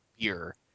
beer